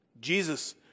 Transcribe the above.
Jesus